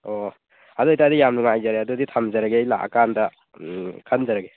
ꯑꯣ ꯑꯗꯨ ꯑꯣꯏꯇꯔꯗꯤ ꯌꯥꯝ ꯅꯨꯡꯉꯥꯏꯖꯔꯦ ꯑꯗꯨꯗꯤ ꯊꯝꯖꯔꯒꯦ ꯑꯩ ꯂꯥꯛꯂ ꯀꯥꯟꯗ ꯎꯝ ꯈꯟꯖꯔꯒꯦ